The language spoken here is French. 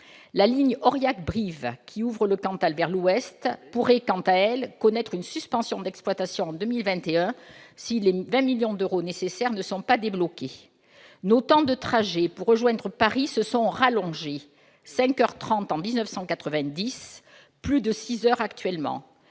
La ligne Aurillac-Brive, qui ouvre le Cantal vers l'ouest, pourrait, quant à elle, connaître une suspension d'exploitation en 2021 si les 20 millions d'euros nécessaires ne sont pas débloqués. Nos temps de trajet pour rejoindre Paris se sont rallongés- cinq heures trente en